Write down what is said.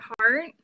heart